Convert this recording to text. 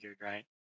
right